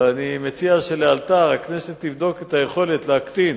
ולכן אני מציע שהכנסת תבדוק לאלתר את היכולת להקטין